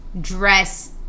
dress